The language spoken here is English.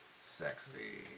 sexy